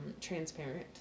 transparent